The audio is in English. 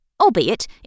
albeit